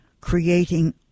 creating